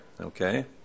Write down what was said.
Okay